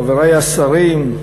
חברי השרים,